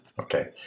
Okay